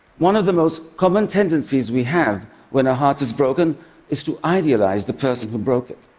one of the most common tendencies we have when our heart is broken is to idealize the person who broke it.